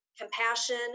compassion